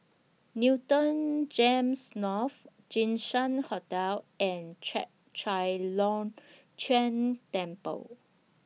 Newton Gems North Jinshan Hotel and Chek Chai Long Chuen Temple